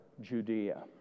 Judea